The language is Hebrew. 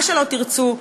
מה שלא תרצו,